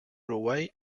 uruguay